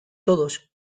todos